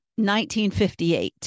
1958